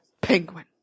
penguin